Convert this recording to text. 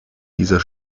dieser